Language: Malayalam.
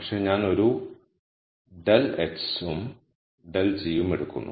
പക്ഷേ ഞാൻ ഒരു ∇ ഉം ∇ ഉം എടുക്കുന്നു